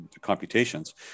computations